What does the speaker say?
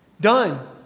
done